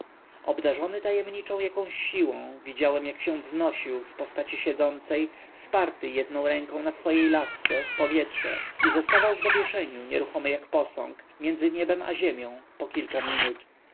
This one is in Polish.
obdarzony tajemniczą jakąś siłą widziałem jak się wznosił w postaci siedzącej wsparty jedną ręką na swej lasce w powietrze i zostawał w zawieszeniu nieruchomy jak posąg między niebem a ziemią po kilka minut